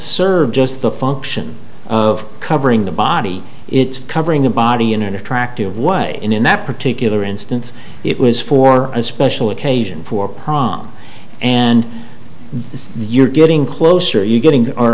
serve just the function of covering the body it's covering the body in an attractive way and in that particular instance it was for a special occasion for prom and this you're getting closer are you getting are